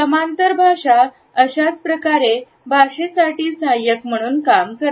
समांतर भाषा अशाच प्रकारे भाषेसाठी सहाय्यक म्हणून काम करते